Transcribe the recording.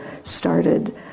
started